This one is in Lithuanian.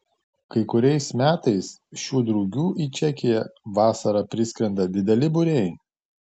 kai kuriais metais šių drugių į čekiją vasarą priskrenda dideli būriai